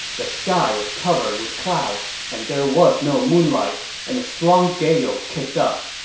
the sky was covered with clouds, and there was no moon light, and a strong gale kicked up.